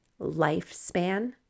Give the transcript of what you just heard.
lifespan